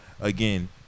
again